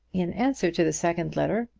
in answer to the second letter,